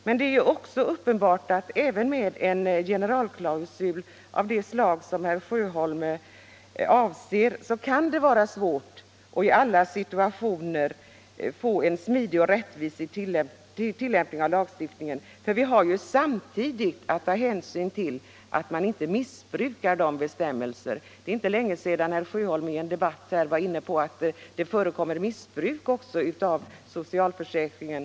Men det är uppenbart att det även med en generalklausul av det slag som herr Sjöholm avser kan vara svårt att i alla situationer få en smidig och rättvis tillämpning av lagstiftningen. Vi har samtidigt att se till att de försäkrade inte missbrukar bestämmelserna. Det är inte länge sedan herr Sjöholm i en debatt var inne på att det förekommer missbruk av socialförsäkringen.